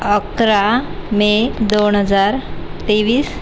अकरा मे दोन हजार तेवीस